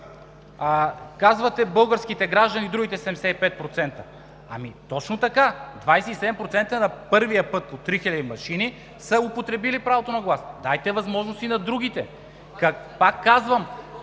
Казвате българските граждани – другите 75%, ами точно така, 27% първия път при три хиляди машини са употребили правото на глас. Дайте възможност и на другите! Пак, казвам,